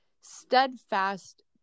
steadfast